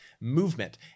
movement